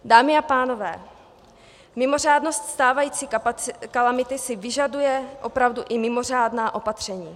Dámy a pánové, mimořádnost stávající kalamity si vyžaduje opravdu i mimořádná opatření.